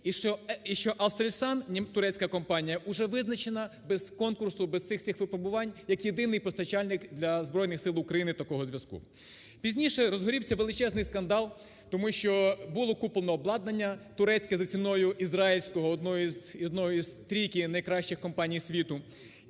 і, що "Aselsan", турецька компанія, уже визначена без конкурсу, без всіх цих випробувань як єдиний постачальник для Збройних Сил України такого зв'язку. Пізніше розгорівся величезний скандал, тому що було куплено обладнання турецьке за ціною ізраїльського у однієї із трійки найкращих компаній світу,